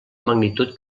magnitud